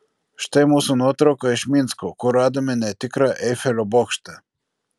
štai mūsų nuotrauka iš minsko kur radome netikrą eifelio bokštą